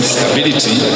stability